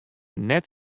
net